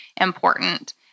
important